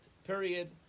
Period